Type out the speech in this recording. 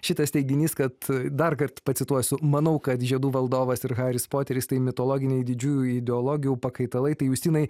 šitas teiginys kad darkart pacituosiu manau kad žiedų valdovas ir haris poteris tai mitologiniai didžiųjų ideologijų pakaitalai tai justinai